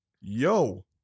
yo